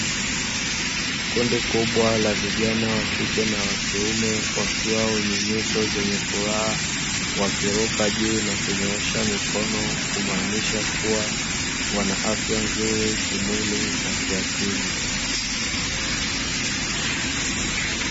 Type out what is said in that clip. Kundi kubwa la vijana wa kike na wa kiume wakiwa wenye nyuso zenye furaha ,wakiruka juu na kunyoosha mikono wakimaanisha kua wana afya nzuri kimwili na kiakili.